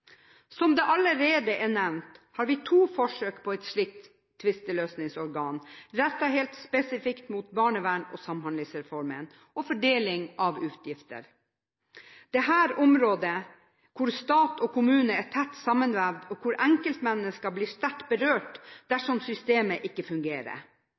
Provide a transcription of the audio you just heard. Som det allerede er nevnt, har vi to forsøk på et slikt tvisteløsningsorgan rettet helt spesifikt mot barnevern og Samhandlingsreformen og fordeling av utgifter. Dette er områder hvor stat og kommune er tett sammenvevd, og hvor enkeltmennesker blir sterkt berørt dersom systemet ikke fungerer.